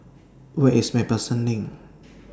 Where IS MacPherson Lane